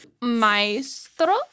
maestro